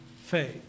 faith